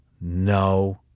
No